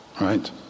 right